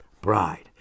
bride